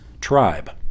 tribe